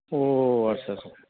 अ आस्सा आस्सा